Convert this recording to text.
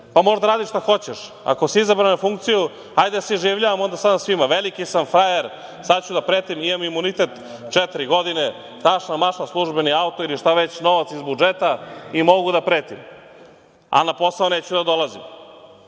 pa možeš da radiš šta hoćeš. Ako si izabran na funkciju hajde da se iživljavamo onda sada nad svima. Veliki sam frajer, sad ću da pretim, imam imunitet četiri godine, tašna, mašna, službeni auto ili šta već, novac iz budžeta i mogu da pretim, ali na posao neću da dolazim,